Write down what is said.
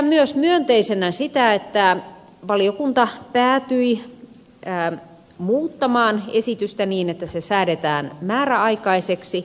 pidän myös myönteisenä sitä että valiokunta päätyi muuttamaan esitystä niin että se säädetään määräaikaiseksi